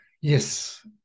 Yes